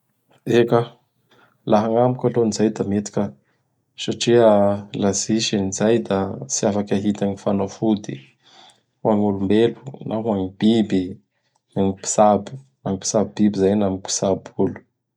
Eka! Laha agnamiko alony zay da mety ka satria la tsy tsisy an'iizay da tsy afaky ahita gny fanafody ho agn'olombelo na ho agn'ny biby gny mpitsabo. Na gny mpitsabo biby izay na gny mpitsabo olo.